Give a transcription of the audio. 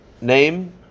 name